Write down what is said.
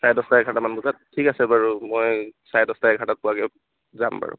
চাৰে দহটা এঘাৰটামান বজাত ঠিক আছে বাৰু মই চাৰে দহটা এঘাৰটাত পোৱাকৈ যাম বাৰু